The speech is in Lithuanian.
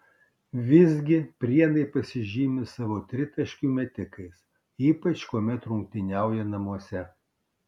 visgi prienai pasižymi savo tritaškių metikais ypač kuomet rungtyniauja namuose